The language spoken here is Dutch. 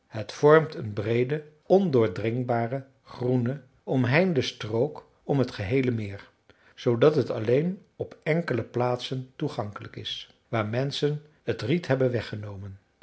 het vormt een breede ondoordringbare groene omheinde strook om het geheele meer zoodat het alleen op enkele plaatsen toegankelijk is waar menschen het riet hebben weggenomen